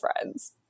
friends